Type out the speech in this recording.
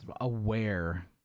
aware